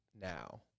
now